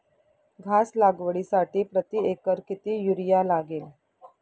घास लागवडीसाठी प्रति एकर किती युरिया लागेल?